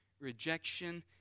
rejection